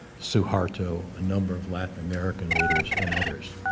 suharto, a number of latin american leaders and others.